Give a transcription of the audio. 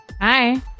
Hi